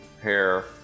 hair